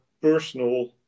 personal